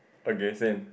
okay same